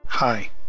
Hi